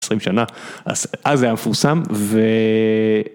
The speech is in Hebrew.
20 שנה, אז זה היה מפורסם.